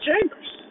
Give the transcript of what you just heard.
Chambers